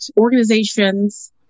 organizations